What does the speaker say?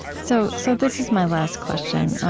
so so this is my last question.